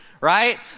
Right